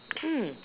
mm